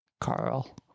carl